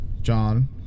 John